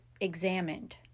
examined